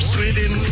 Sweden